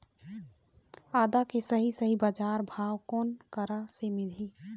आदा के सही सही बजार भाव कोन करा से मिलही?